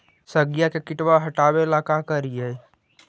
सगिया से किटवा हाटाबेला का कारिये?